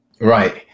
right